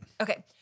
Okay